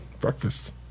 breakfast